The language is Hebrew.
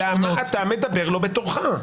גלעד, למה אתה מדבר לא בתורך?